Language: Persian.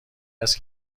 است